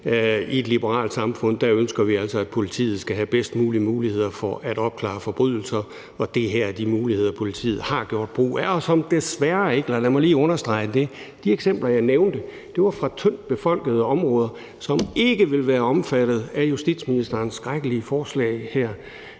i et liberalt samfund ønsker vi altså, at politiet skal have de bedste muligheder for at opklare forbrydelser, og det her er de muligheder, politiet har gjort brug af. Og lad mig lige understrege det: De eksempler, jeg nævnte, var fra tyndt befolkede områder, som ikke vil være omfattet af justitsministerens skrækkelige forslag her.